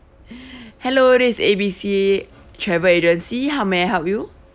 hello this is A B C travel agency how may I help you